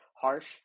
harsh